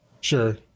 Sure